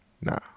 Nah